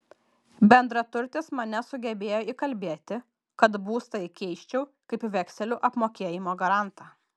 bendraturtis mane sugebėjo įkalbėti kad būstą įkeisčiau kaip vekselių apmokėjimo garantą